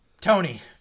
Tony